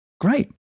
great